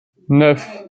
neuf